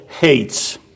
hates